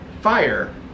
fire